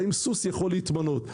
האם סוס יכול להתמנות?